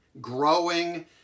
growing